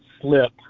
slip